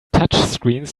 touchscreens